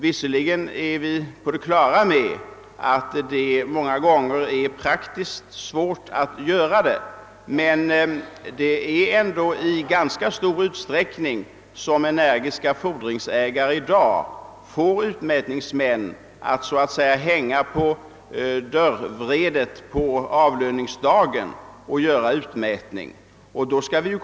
Visserligen är vi på det klara med att det många gånger är praktiskt svårt att göra en utmätning i lönen, men energiska fordringsägare får ändå i dag utmätningsmännen att på avlöningsdagen så att säga hänga på dörrvredet för att göra utmätning.